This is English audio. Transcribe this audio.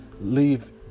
Leave